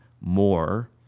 more